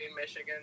Michigan